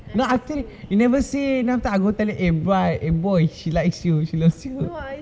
then after that you never say then after I go tell him eh bai eh boy she likes you she loves you